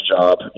job